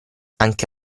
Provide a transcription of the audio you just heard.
anche